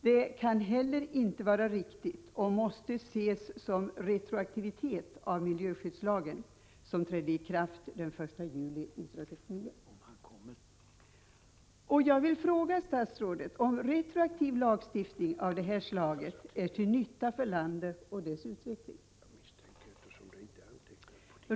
Det kan heller inte vara riktigt och måste ses som retroaktivitet av miljöskyddslagen, som trädde i kraft den 1 juli 1969.